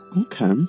okay